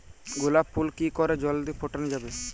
গোলাপ ফুল কি করে জলদি ফোটানো যাবে?